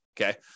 okay